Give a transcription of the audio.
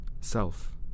Self